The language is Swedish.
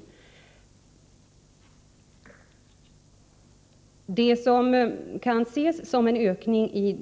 Om inriktningen av Det som kan ses som en ökning i